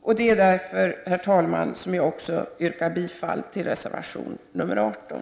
Jag yrkar alltså bifall till reservation 18.